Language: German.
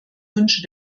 wünsche